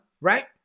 right